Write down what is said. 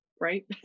right